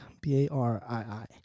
B-A-R-I-I